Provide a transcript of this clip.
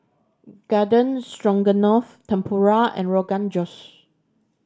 Garden Stroganoff Tempura and Rogan Josh